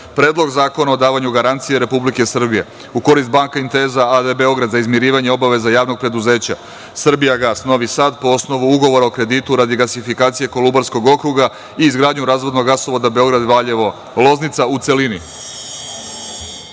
Predlog zakona o davanju garancije Republike Srbije u korist „Banka Intesa“ a.d. Beograd za izmirivanje obaveza JP „Srbijagas“ Novi Sad po osnovu ugovora o kreditu radi gasifikacije Kolubarskog okruga i izgradnju razvodnog gasovoda Beograd – Valjevo – Loznica, u celini. Molim